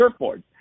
surfboards